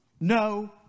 no